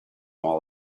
all